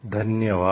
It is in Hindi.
धन्यवाद